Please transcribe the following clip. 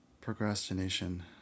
procrastination